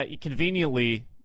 Conveniently